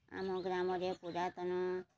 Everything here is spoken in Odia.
ଆମ ଗ୍ରାମରେ ପୁରାତନ